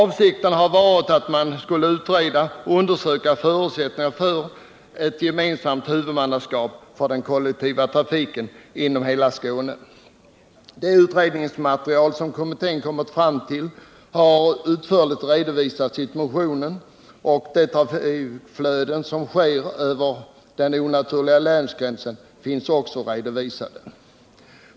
Avsikten var att man skulle utreda och undersöka förutsättningarna för ett gemensamt huvudmannaskap för den kollektiva trafiken inom hela Skåne. Det utredningsresultat som kommittén kommit fram till har utförligt redovisats i motionen, och de trafikutflöden som sker över den onaturliga länsgränsen finns också redovisade.